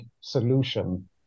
solution